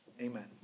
Amen